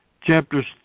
chapters